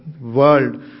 world